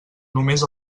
només